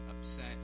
upset